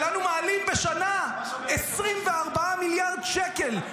כשלנו מעלים בשנה 24 מיליארד שקל,